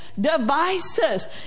devices